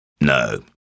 no